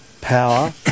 power